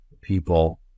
people